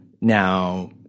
Now